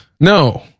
No